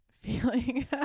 feeling